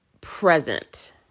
present